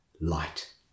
light